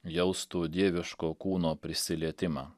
jaustų dieviško kūno prisilietimą